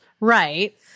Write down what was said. right